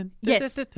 Yes